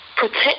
Protect